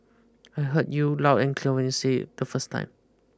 I heard you loud and clear when you said it the first time